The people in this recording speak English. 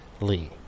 Lee